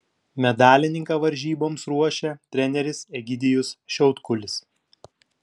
medalininką varžyboms ruošia treneris egidijus šiautkulis